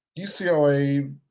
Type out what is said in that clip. UCLA